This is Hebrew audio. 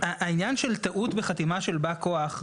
העניין של טעות בחתימה של בא כוח,